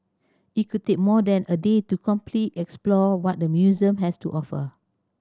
it could take more than a day to complete explore what the museum has to offer